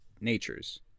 natures